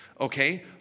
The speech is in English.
Okay